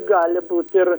gali būti ir